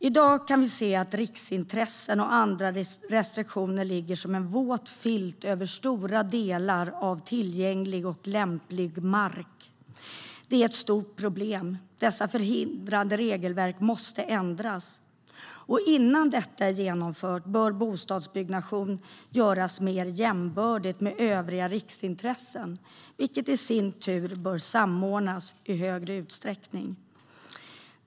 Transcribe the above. I dag kan vi se att riksintressen och andra restriktioner ligger som en våt filt över stora delar av tillgänglig och lämplig mark. Det är ett stort problem. Dessa förhindrande regelverk måste ändras. Innan detta är genomfört bör bostadsbyggnation göras mer jämbördig med övriga riksintressen, som i sin tur bör samordnas i högre utsträckning.